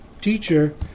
teacher